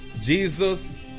Jesus